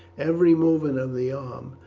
every movement of the arm,